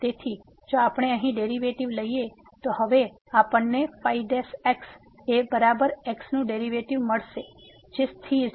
તેથી જો આપણે અહીં ડેરિવેટિવ લઈએ તો હવે આપણને x એ બરાબર x નું ડેરિવેટિવ મળશે જે સ્થિર છે